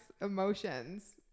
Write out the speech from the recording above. emotions